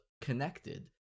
connected